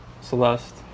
Celeste